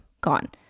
gone